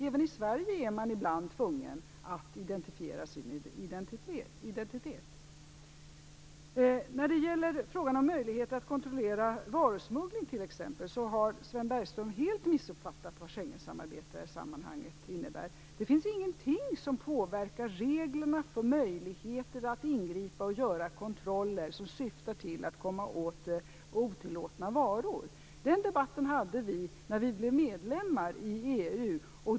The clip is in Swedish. Även i Sverige är man ibland tvungen att styrka sin identitet. Sven Bergström har helt missuppfattat vad Schengensamarbetet innebär när det gäller möjligheten att kontrollera varusmuggling. Det finns ingenting som påverkar reglerna för ingripande och kontroller som syftar till att komma åt otillåtna varor. Den debatten förde vi när Sverige blev medlem i EU.